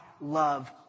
love